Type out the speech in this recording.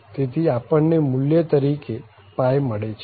તેથી આપણને મુલ્ય તરીકે મળે છે